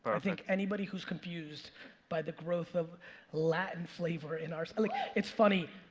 i think anybody who's confused by the growth of latin flavor in our. so like it's funny.